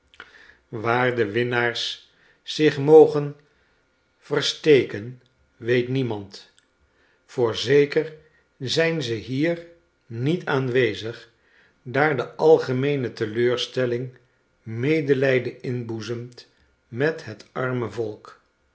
waar de winners zich mogen versteken weet niemand voorzeker zijn ze hier niet aanwezig daar de algemeene teleurstelling medelijqen inboezemt met het arme volk